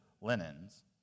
linens